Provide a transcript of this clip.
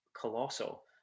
colossal